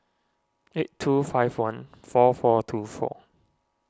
eight two five one four four two four